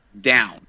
down